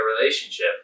relationship